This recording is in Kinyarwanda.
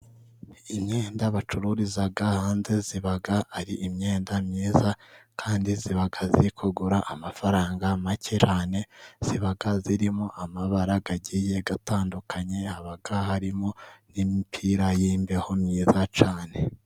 Imyenda bacururiza hanze, iba ari imyenda myiza kandi iba iri kugura amafaranga make cyane, iba irimo amabara agiye atandukanye, haba harimo n'imipira y'imbeho myiza cyane.